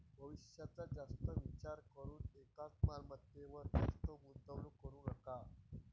भविष्याचा जास्त विचार करून एकाच मालमत्तेवर जास्त गुंतवणूक करू नका